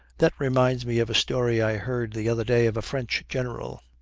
that reminds me of a story i heard the other day of a french general.